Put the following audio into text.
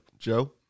Joe